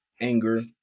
anger